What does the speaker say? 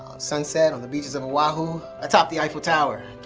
sunset on the beaches of oahu, atop the eiffel tower,